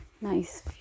nice